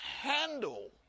handle